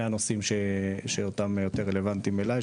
הנושאים שטיפה יותר רלוונטיים אליי,